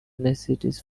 necessities